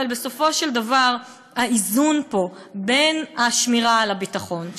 אבל בסופו של דבר האיזון בין השמירה על הביטחון,